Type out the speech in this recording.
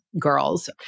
girls